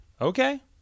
okay